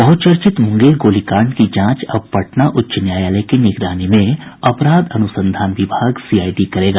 बहुचर्चित मुंगेर गोलीकांड की जांच अब पटना उच्च न्यायालय की निगरानी में अपराध अन्संधान विभाग सीआईडी करेगा